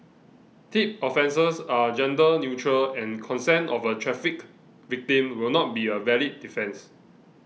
Tip offences are gender neutral and consent of a trafficked victim will not be a valid defence